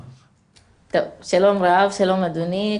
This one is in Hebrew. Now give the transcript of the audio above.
שלום רב, שלום אדוני.